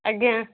ଆଜ୍ଞା